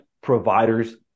providers